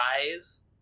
eyes